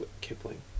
Kipling